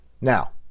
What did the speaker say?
now